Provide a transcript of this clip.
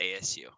ASU